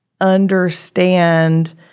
understand